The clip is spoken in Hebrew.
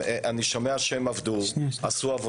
אני שומע שהם עשו עבודה,